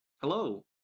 Hello